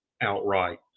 outright